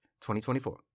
2024